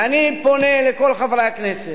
ואני פונה לכל חברי הכנסת,